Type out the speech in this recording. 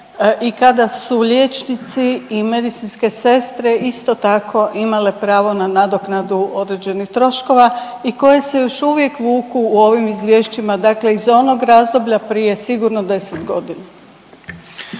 i kada su liječnici i medicinske sestre isto tako imale pravo na nadoknadu određenih troškova i koje se još uvijek vuku u ovim izvješćima, dakle iz onog razdoblja prije sigurno 10 godina.